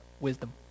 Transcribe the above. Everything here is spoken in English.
wisdom